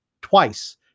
twice